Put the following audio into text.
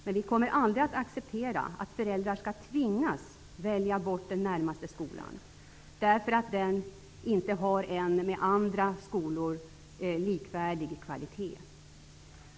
Men vi kommer aldrig att acceptera att föräldrar skall tvingas att välja bort den närmaste skolan, därför att den inte har en med andra skolor likvärdig kvalitet.